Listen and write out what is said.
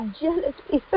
jealousy